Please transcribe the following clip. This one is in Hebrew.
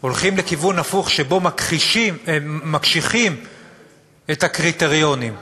הולכים בכיוון הפוך, שבו מקשיחים את הקריטריונים.